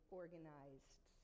organized